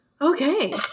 Okay